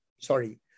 sorry